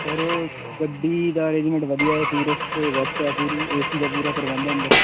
sir ਗੱਡੀ ਦਾ arrangement ਵਧੀਆ ਏ ਟੂਰਿਸਟ ਬੱਸ ਹੈ ਪੂਰੀ ਏਸੀ ਦਾ ਪੂਰਾ ਪ੍ਰਬੰਧ ਹੈ ਅੰਦਰ